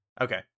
Okay